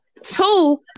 Two